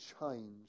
change